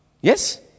Yes